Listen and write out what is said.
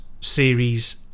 Series